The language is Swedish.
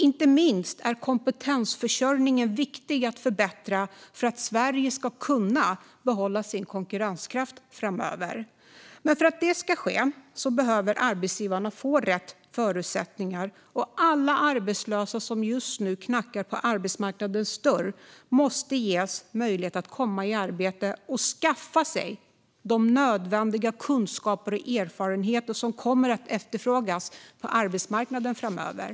Inte minst är kompetensförsörjningen viktig att förbättra för att Sverige ska kunna behålla sin konkurrenskraft framöver. För att det ska ske behöver arbetsgivarna få rätt förutsättningar. Alla arbetslösa som just nu knackar på arbetsmarknadens dörr måste ges möjlighet att komma i arbete och skaffa sig de nödvändiga kunskaper och erfarenheter som kommer att efterfrågas på arbetsmarknaden framöver.